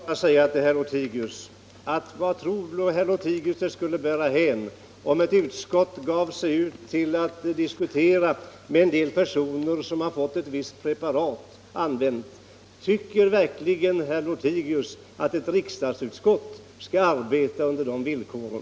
Herr talman! Jag vill fråga herr Lothigius vart han tror det skulle bära hän, om ett utskott gav sig ut och diskuterade med en del personer som har fått ett visst preparat att använda. Tycker verkligen herr Lothigius att ett riksdagsutskott skall arbeta under de villkoren?